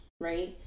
right